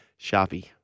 Sharpie